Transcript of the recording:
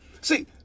See